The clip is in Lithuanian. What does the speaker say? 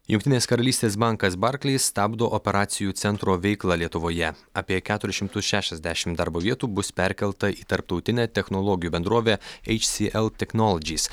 jungtinės karalystės bankas barkleis stabdo operacijų centro veiklą lietuvoje apie keturis šimtus šešiasdešimt darbo vietų bus perkelta į tarptautinę technologijų bendrovę eič si el teknolodžys